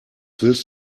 willst